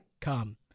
come